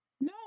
no